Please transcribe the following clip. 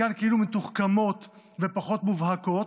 חלקן כאילו מתוחכמות ופחות מובהקות,